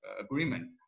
agreement